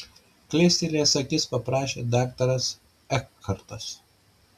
kilstelėjęs akis paprašė daktaras ekhartas